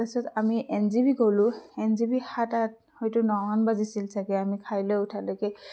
তাৰপাছত আমি N J P গ'লো এন জে পি হয়তো সাত আঠ হয়তো ন মান বাজিছিল চাগে আমি খাই লৈ উঠালৈকে